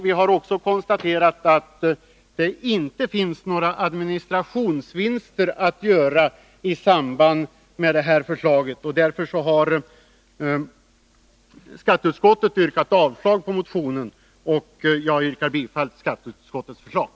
Vi har också konstaterat att det inte finns några administrationsvinster att göra i samband med förslaget. Därför har skatteutskottet yrkat avslag på motionen. Jag yrkar bifall till skatteutskottets förslag.